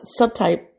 subtype